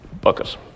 bucket